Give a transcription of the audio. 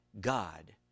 God